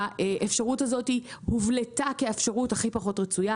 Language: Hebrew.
האפשרות הזאת הובלטה כאפשרות הכי פחות רצויה.